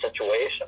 situation